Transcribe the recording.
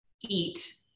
eat